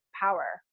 power